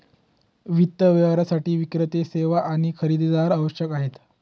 वित्त व्यवसायासाठी विक्रेते, सेवा आणि खरेदीदार आवश्यक आहेत